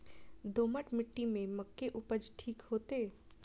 दोमट मिट्टी में मक्के उपज ठीक होते?